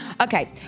Okay